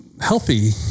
healthy